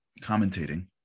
commentating